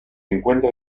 encuentra